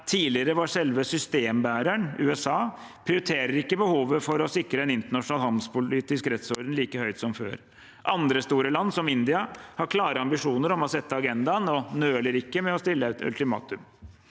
tidligere var selve «systembæreren», USA, prioriterer ikke behovet for å sikre en internasjonal handelspolitisk rettsorden like høyt som før. Andre store land, som India, har klare ambisjoner om å sette agendaen og nøler ikke med å stille ultimatum.